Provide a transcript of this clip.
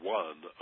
one